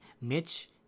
Mitch